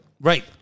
Right